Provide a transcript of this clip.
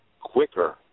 quicker